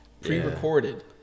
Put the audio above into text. pre-recorded